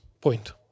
Point